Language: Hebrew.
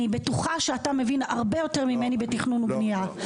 אני בטוחה שאתה מבין הרבה יותר ממני בתכנון ובניה,